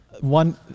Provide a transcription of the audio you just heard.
one